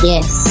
Yes